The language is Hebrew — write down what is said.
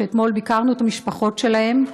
שאתמול ביקרנו את המשפחות שלהם.